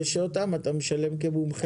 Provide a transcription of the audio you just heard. שאותם הוא משלם כמומחה.